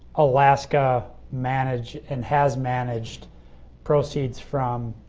alaska managed and has managed proceeds from